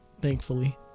thankfully